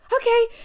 okay